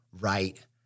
right